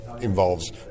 involves